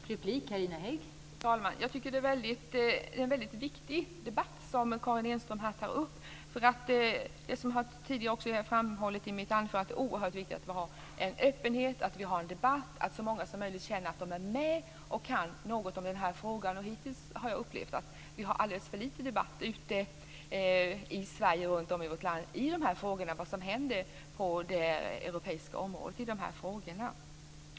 Fru talman! Jag tycker att det är en väldigt viktig debatt som Karin Enström här tar upp. Det är, som jag tidigare också framhållit i mitt anförande, oerhört viktigt att vi har en öppenhet, en debatt, att så många som möjligt känner att de är med och kan något om den här frågan. Hittills har jag upplevt att vi har haft alldeles för lite debatt runt om i vårt land i de här frågorna och när det gäller vad som händer på det europeiska området i de här frågorna.